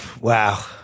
Wow